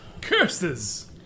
Curses